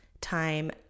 time